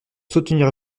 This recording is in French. soutenir